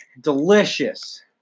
Delicious